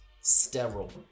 sterile